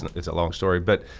it's a long story but.